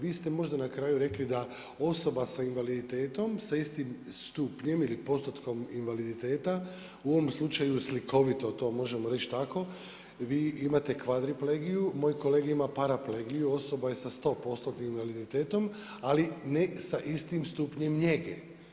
Vi ste možda na kraju rekli da osoba s invaliditetom sa istim stupnjem ili postotkom invaliditeta u ovom slučaju slikovito to možemo reći tako, vi imati kvadriplegiju, moj kolega ima paraplegiju osoba je sa 100%-tnim invaliditetom, ali ne sa istim stupnjem njege.